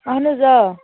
اَہَن حظ آ